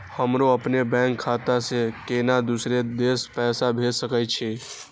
हमरो अपने बैंक खाता से केना दुसरा देश पैसा भेज सके छी?